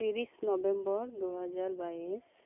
ᱛᱤᱨᱤᱥ ᱱᱚᱵᱷᱮᱢᱵᱚᱨ ᱫᱩ ᱦᱟᱡᱟᱨ ᱵᱟᱭᱤᱥ